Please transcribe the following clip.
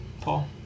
Paul